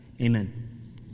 Amen